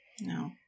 No